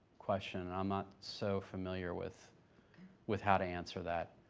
question, and i'm not so familiar with with how to answer that.